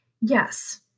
Yes